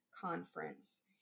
conference